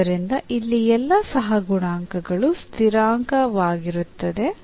ಆದ್ದರಿಂದ ಇಲ್ಲಿ ಎಲ್ಲಾ ಸಹಗುಣಾಂಕಗಳು ಸ್ಥಿರಾಂಕವಾಗಿರುತ್ತವೆ